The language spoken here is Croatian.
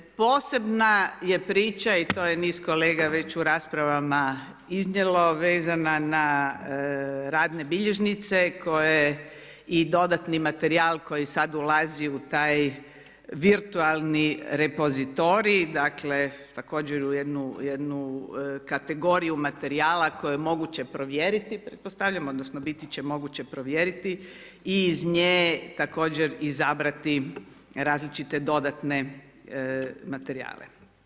Posebna je priča i to je niz kolega već u raspravama iznijelo, vezana na radne bilježnice koje i dodatni materijal koji sad ulazi u taj virtualni repozitorij, dakle također u jednu kategoriju materijala koju je moguće provjeriti pretpostavljam, odnosno biti će moguće provjeriti i iz nje također izabrati različite dodatne materijale.